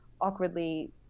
awkwardly